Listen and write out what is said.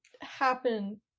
happen